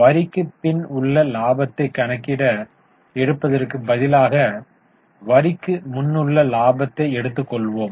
வரிக்குப் பின் உள்ள லாபத்தை கணக்கிட எடுப்பதற்கு பதிலாக வரிக்கு முன்னுள்ள லாபத்தை எடுத்துக்கொள்வோம்